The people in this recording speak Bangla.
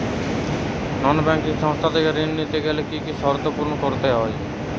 নন ব্যাঙ্কিং সংস্থা থেকে ঋণ নিতে গেলে কি কি শর্ত পূরণ করতে হয়?